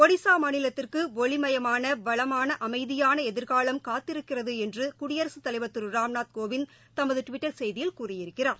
ஒடிசா மாநிலத்திற்கு ஒளிமயமான வளமான அமைதியான எதிர்காலம் காத்திருக்கிறது என்று குடியரசுத் தலைவர் திரு ராம்நாத் கோவிந்த் தமது டுவிட்டர் செய்தியில் கூறியிருக்கிறார்